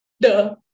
Duh